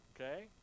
Okay